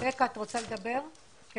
אני